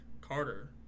Carter